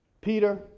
Peter